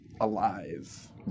alive